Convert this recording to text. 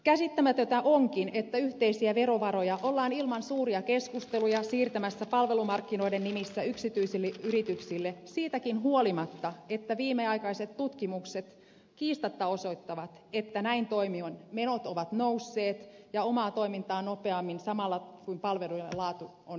käsittämätöntä onkin että yhteisiä verovaroja ollaan ilman suuria keskusteluja siirtämässä palvelumarkkinoiden nimissä yksityisille yrityksille siitäkin huolimatta että viimeaikaiset tutkimukset kiistatta osoittavat että näin toimien menot ovat nousseet omaa toimintaa nopeammin samalla kun palvelujen laatu on heikentynyt